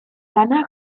lana